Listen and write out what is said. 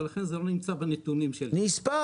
ולכן זה לא נמצא בנתונים שלו --- נספר,